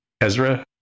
Ezra